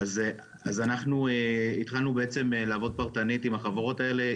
התחלנו לעבוד פרטנית עם החברות האלה.